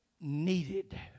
needed